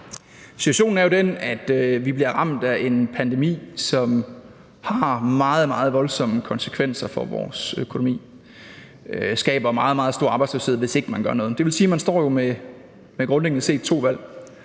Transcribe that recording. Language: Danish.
Situationen er jo den, at vi bliver ramt af en pandemi, som har meget, meget voldsomme konsekvenser for vores økonomi, og som skaber meget, meget stor arbejdsløshed, hvis ikke man gør noget. Det vil sige, at man jo grundlæggende set står